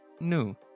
new